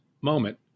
moment